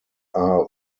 are